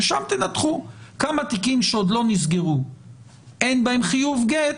ושם תנתחו כמה תיקים שעוד לא נסגרו אין בהם חיוב גט,